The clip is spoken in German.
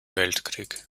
weltkrieg